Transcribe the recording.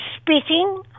spitting